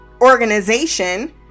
organization